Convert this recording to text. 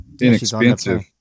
inexpensive